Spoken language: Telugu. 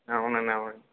అవునండీ అవును